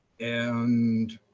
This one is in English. and